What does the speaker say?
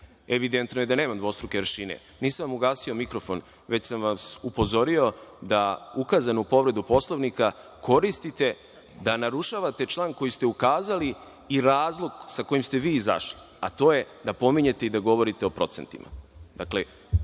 **Đorđe Milićević** Nisam vam ugasio mikrofon, već sam vas upozorio da ukazanu povredu Poslovnika koristite da narušavate član koji ste ukazali i razlog sa kojim ste vi izašli, a to je da pominjete i da govorite o procentima.